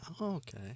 Okay